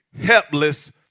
helpless